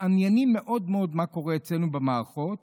מתעניינים מאוד מאוד מה קורה אצלנו במערכות.